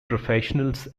professionals